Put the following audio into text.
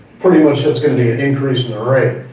pretty much that's gonna be an increase in the right,